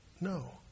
No